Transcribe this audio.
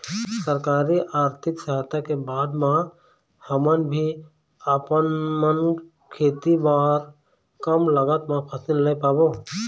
सरकारी आरथिक सहायता के बाद मा हम भी आपमन खेती बार कम लागत मा मशीन ले पाबो?